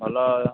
ଭଲ